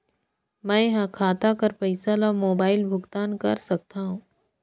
मैं ह खाता कर पईसा ला मोबाइल भुगतान कर सकथव?